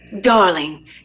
Darling